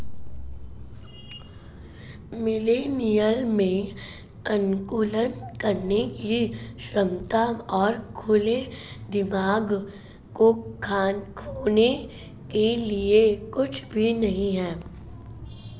millennial में अनुकूलन करने की क्षमता और खुले दिमाग को खोने के लिए कुछ भी नहीं है